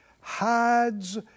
hides